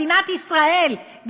מדינת ישראל,